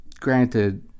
Granted